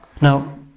Now